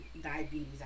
diabetes